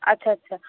আচ্ছা আচ্ছা